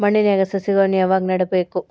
ಮಣ್ಣಿನ್ಯಾಗ್ ಸಸಿಗಳನ್ನ ಯಾವಾಗ ನೆಡಬೇಕು?